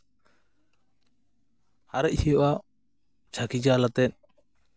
ᱟᱨᱮᱡ ᱦᱩᱭᱩᱜᱼᱟ ᱪᱷᱟᱹᱠᱤ ᱡᱟᱞ ᱟᱛᱮᱫ